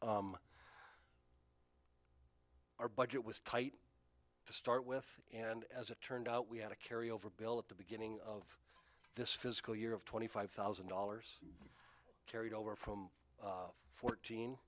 thousand our budget was tight to start with and as it turned out we had a carry over bill at the beginning of this fiscal year of twenty five thousand dollars carried over from fourteen